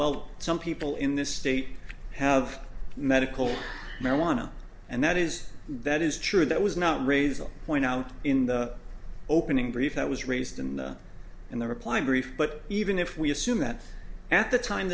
well some people in this state have medical marijuana and that is that is true that was not raised a point out in the opening brief that was raised in the in the reply brief but even if we assume that at the time